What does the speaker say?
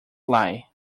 lie